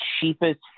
cheapest